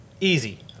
Easy